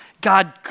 God